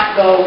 go